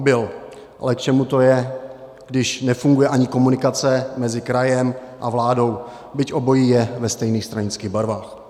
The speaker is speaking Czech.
Ale k čemu to je, když nefunguje ani komunikace mezi krajem a vládou, byť obojí je ve stejných stranických barvách?